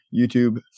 YouTube